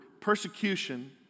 Persecution